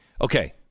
Okay